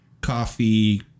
coffee